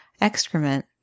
excrement